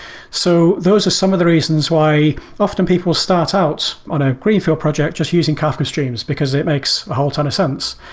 so those are some of the reasons why often people start out on a greenfield project just using kafka streams, because it makes a whole ton of sense.